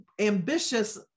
ambitious